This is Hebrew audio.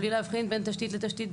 בלי להבחין בין תשתית לתשתית.